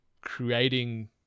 creating